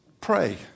pray